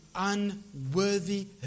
unworthy